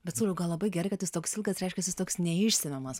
bet sauliau gal labai gerai kad jis toks ilgas reiškias jis toks neišsemiamas